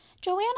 Joanna